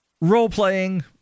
Role-playing